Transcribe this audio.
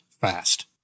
fast